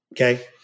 Okay